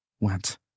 went